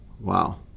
Wow